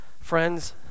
friends